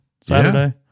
Saturday